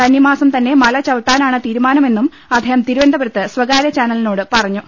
കന്നിമാസം തന്നെ മല ചവിട്ടാനാണ് തീരുമാനമെന്നും അദ്ദേഹം തിരുവനന്തപുരത്ത് സ്വകാര്യ ചാനലിനോട് പറഞ്ഞു